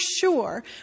sure